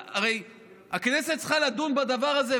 הרי הכנסת צריכה לדון בדבר הזה,